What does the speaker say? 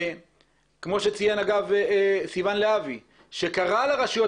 כמו שציין סיון להבי שקרא לרשויות